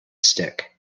stick